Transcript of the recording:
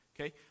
Okay